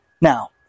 Now